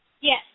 Yes